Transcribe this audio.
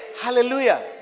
Hallelujah